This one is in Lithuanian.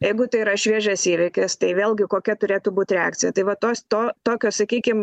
jeigu tai yra šviežias įvykis tai vėlgi kokia turėtų būt reakcija tai va tos to tokio sakykim